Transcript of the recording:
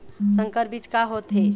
संकर बीज का होथे?